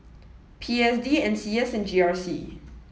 P S D N C S and G R C